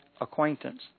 acquaintance